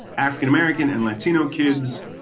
african-american and latino kids